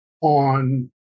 on